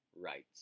rights